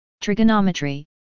Trigonometry